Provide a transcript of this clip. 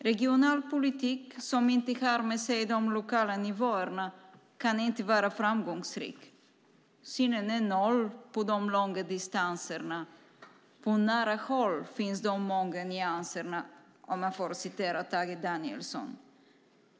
Regionalpolitik som inte har med sig de lokala nivåerna kan inte vara framgångsrik. "Synen är noll på de långa distanserna! På nära håll finns de många nyanserna! ", om jag får citera Tage Danielsson.